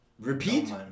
Repeat